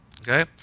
Okay